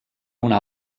una